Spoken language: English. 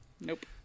Nope